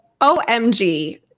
OMG